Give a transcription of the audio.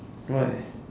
why